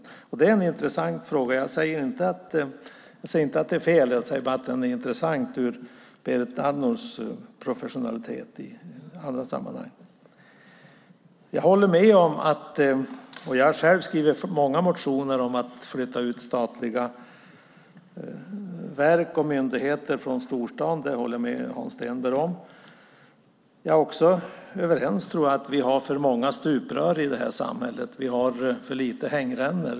Det är en intressant fråga. Jag säger inte att det är fel; jag säger bara att det är intressant med tanke på Berit Andnors professionalitet i andra sammanhang. Jag har själv skrivit många motioner om att flytta ut statliga verk och myndigheter från storstaden. Där håller jag med Hans Stenberg. Vi är också överens, tror jag, om att vi har för många stuprör i det här samhället och för få hängrännor.